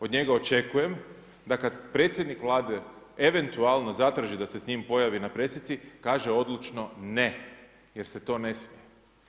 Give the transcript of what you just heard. Od njega očekujem da kad predsjednik Vlade eventualno zatraži da se s njim pojavi na pressici, kaže odlučno ne jer se to ne smije.